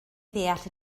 ddeall